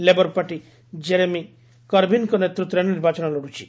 labour Party Jeremy କରବୀନଙ୍କ ନେତୃତ୍ୱରେ ନିର୍ବାଚନ ଲଢୁଛି